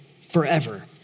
forever